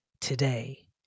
today